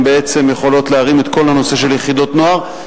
יכולות להרים את כל הנושא של יחידות נוער,